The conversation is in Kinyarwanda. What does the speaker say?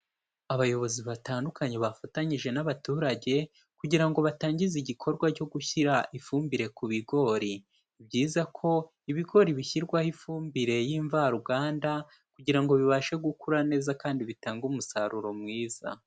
Abayobozi batandukanye bafatanyije n'abaturage kugira ngo batangize igikorwa cyo gushyira ifumbire ku bigori. Ni byiza ko ibigori bishyirwaho ifumbire y'imvaruganda kugira ngo bibashe gukura neza kandi bitange umusaruro mwiza.